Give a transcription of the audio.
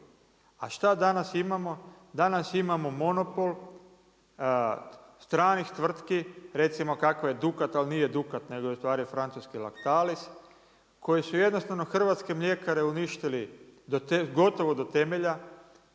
A šta danas imamo? Danas imamo monopol stranih tvrtki recimo kakva je Dukat ali nije Dukat nego je ustvari francuski Lactalis koji su jednostavno hrvatske mljekare uništili gotovo do temelja,